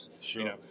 Sure